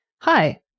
hi